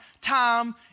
time